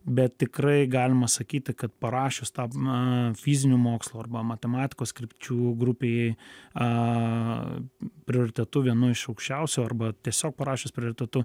bet tikrai galima sakyti kad parašius tą fizinių mokslų arba matematikos krypčių grupėj prioritetu vienų iš aukščiausių arba tiesiog parašius prioritetu